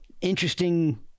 interesting